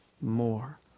more